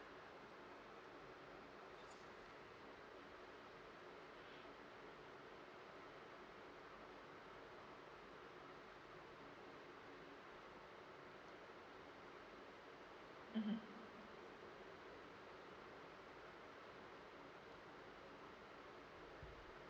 mm ah